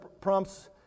prompts